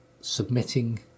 submitting